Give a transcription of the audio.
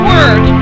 Word